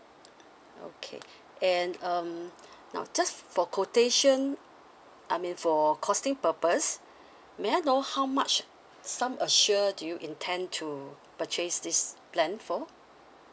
okay and um now just for quotation I mean for costing purpose may I know how much sum assure do you intend to purchase this plan for